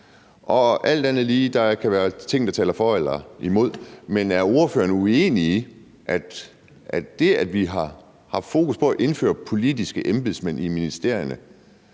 Der kan være ting, der taler for eller imod, men er ordføreren uenig i, at det, at vi har fokus på at indføre politiske embedsmænd i ministerierne,